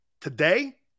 Today